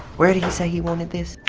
where did he say he wanted this?